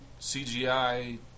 CGI